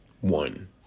one